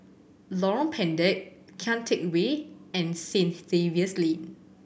Lorong Pendek Kian Teck Way and Saint Xavier's Lane